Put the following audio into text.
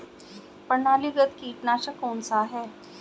प्रणालीगत कीटनाशक कौन सा है?